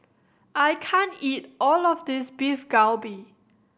I can't eat all of this Beef Galbi